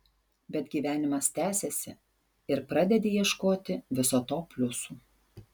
bet gyvenimas tęsiasi ir pradedi ieškoti viso to pliusų